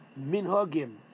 minhagim